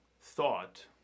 thought